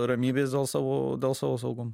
ramybės dėl savo dėl savo saugumo